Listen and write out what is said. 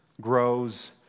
grows